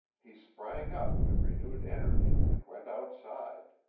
he sprang up with renewed energy and went outside.